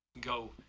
Go